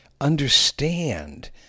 understand